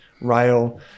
rail